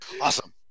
Awesome